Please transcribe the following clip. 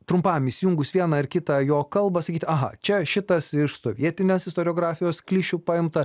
trumpam įsijungus vieną ar kitą jo kalbą sakyt aha čia šitas iš sovietinės istoriografijos klišių paimta